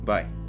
Bye